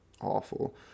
awful